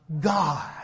God